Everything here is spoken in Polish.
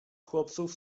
chłopców